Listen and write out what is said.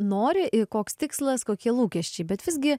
nori ir koks tikslas kokie lūkesčiai bet visgi